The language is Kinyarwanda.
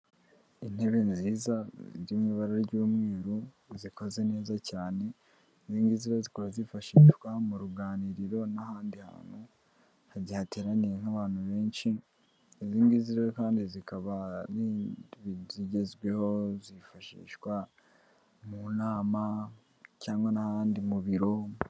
Intebe nziza ziri mu ibara ry'umweru, zikoze neza cyane, izi ngizi rero zikurazifashishwa mu ruganiriro n'ahandi hantu igihe hateraniye nk'abantu benshi, izi ngizi rero kandi zikaba zigezweho, zifashishwa mu nama cyangwa n'ahandi mu biro.